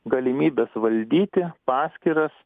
galimybės valdyti paskyras